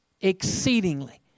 exceedingly